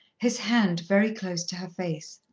his hand very close to her face.